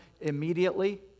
immediately